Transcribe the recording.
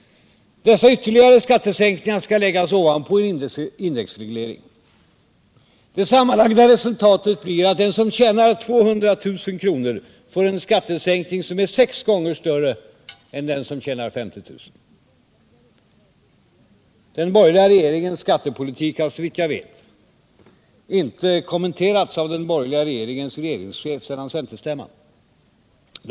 Dessa ytterligare skattesänkningar skall läggas ovanpå en indexreglering. Det sammanlagda resultatet blir att den som tjänar 200 000 kr. får en skattesänkning som är sex gånger större än skattesänkningen för den som tjänar 50 000 kr. Den borgerliga regeringens skattepolitik har, såvitt jag vet, inte kommenterats av den borgerliga regeringens regeringschef sedan centerstämman hölls.